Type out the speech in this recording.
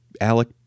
Alec